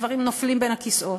דברים נופלים בין הכיסאות,